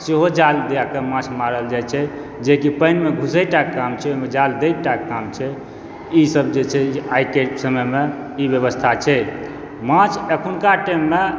सेहो जाल लायकऽ माँछ मारल जाइ छै जे कि पानिमे भीजै टाके काम छै जाल दै टाके काम छै ई सब जे छै आइ के समयमे ई व्यवस्था छै माँछ अखुनका टाइम मे